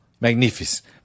magnificent